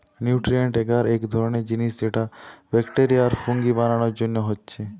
nutrient এগার এক ধরণের জিনিস যেটা ব্যাকটেরিয়া আর ফুঙ্গি বানানার জন্যে হচ্ছে